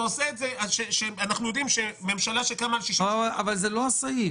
אבל זה לא הסעיף.